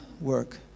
work